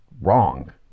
wrong